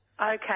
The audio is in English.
Okay